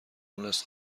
مونس